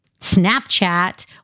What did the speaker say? Snapchat